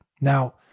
Now